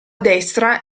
destra